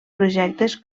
projectes